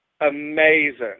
amazing